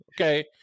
okay